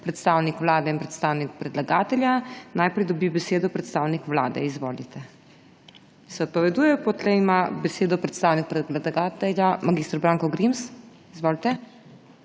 predstavnik Vlade in predstavnik predlagatelja. Najprej dobi besedo predstavnik Vlade. Izvolite. Se odpoveduje. Potem ima besedo predstavnik predlagatelja mag. Branko Grims. Izvolite.